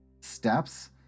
steps